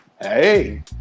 Hey